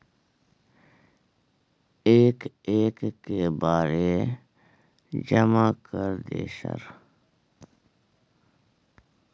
एक एक के बारे जमा कर दे सर?